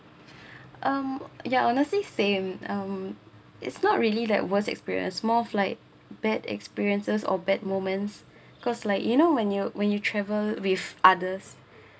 um ya honestly same um it's not really like worst experience more of like bad experiences or bad moments cause like you know when you when you travel with others